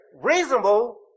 reasonable